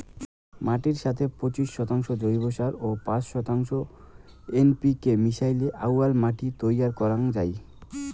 মাটির সথে পঁচিশ শতাংশ জৈব সার ও পাঁচ শতাংশ এন.পি.কে মিশাইলে আউয়াল মাটি তৈয়ার করাং যাই